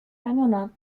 ramiona